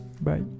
Bye